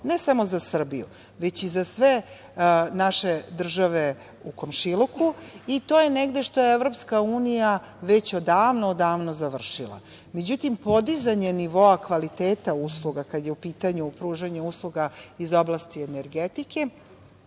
ne samo za Srbiju, već i za sve naše države u komšiluku i to je negde što je Evropska unija već odavno, odavno završila.Međutim, podizanje nivoa kvaliteta usluga kada je u pitanju pružanje usluga iz oblasti energetike